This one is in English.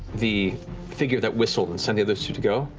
the figure that whistled and sent the others to to go